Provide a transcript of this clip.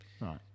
right